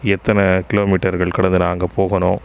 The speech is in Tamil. எத்தனை கிலோமீட்டர்கள் கடந்து நாங்கள் போகணும்